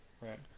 right